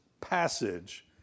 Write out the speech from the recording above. passage